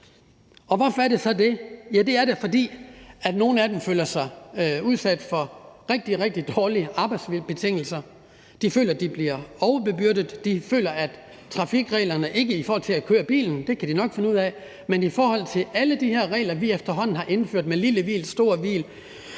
Hvorfor er det så det? Det er det, fordi nogle af dem føler sig udsat for rigtig, rigtig dårlige arbejdsbetingelser, de føler, de bliver overbebyrdet i forhold til trafikreglerne, ikke i forhold til at køre bilen, for det kan de nok finde ud af, men altså i forhold til alle de her regler, vi efterhånden har indført med lille hvil, stort hvil